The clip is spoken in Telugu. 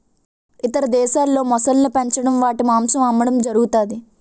ఇతర దేశాల్లో మొసళ్ళను పెంచడం వాటి మాంసం అమ్మడం జరుగుతది